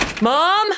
Mom